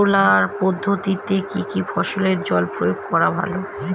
Sprinkler পদ্ধতিতে কি কী ফসলে জল প্রয়োগ করা ভালো?